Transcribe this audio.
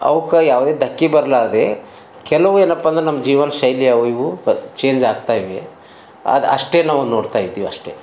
ಅವ್ಕ ಯಾವ್ದೇ ಧಕ್ಕೆ ಬರಲಾರ್ದೆ ಕೆಲವು ಏನಪ್ಪ ಅಂದ್ರ ನಮ್ಮ ಜೀವನ ಶೈಲಿ ಅವು ಇವು ಚೇಂಜ್ ಆಗ್ತಾ ಇವೆ ಅದು ಅಷ್ಟೇ ನಾವು ನೋಡ್ತಾ ಇದೀವ್ ಅಷ್ಟೆ